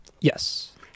yes